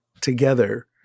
together